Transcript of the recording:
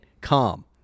calm